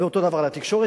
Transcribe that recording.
ואותו הדבר על התקשורת,